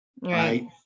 right